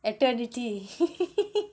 eternity